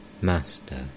Master